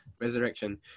resurrection